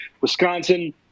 Wisconsin